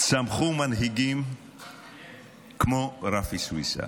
צמחו מנהיגים כמו רפי סויסה.